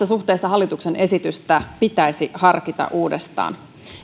suhteessa hallituksen esitystä pitäisi harkita uudestaan